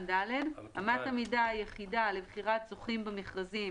"(ד)אמת המידה היחידה לבחירת זוכים במכרזים